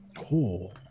cool